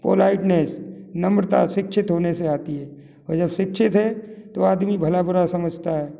politeness नम्रता शिक्षित होने से आती है और जब शिक्षित है तो आदमी भला बुरा समझता है